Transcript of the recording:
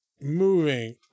Moving